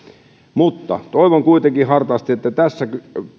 mutta toivon kuitenkin hartaasti että tässä